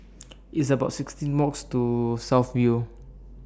It's about sixteen mouse Walk to South View